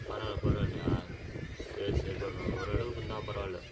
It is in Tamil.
பரவாயில்ல பரவாயில்லையா சரி சரி அப்புறம் என்ன ஓரளவுக்கு இருந்தால் பரவாயில்ல